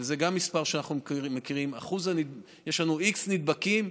וזה גם מספר שאנחנו מכירים, יש לנו x נדבקים,